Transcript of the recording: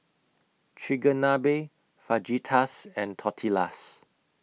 Chigenabe Fajitas and Tortillas